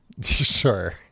Sure